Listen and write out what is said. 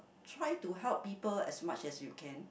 try to help people as much as you can